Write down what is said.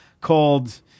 called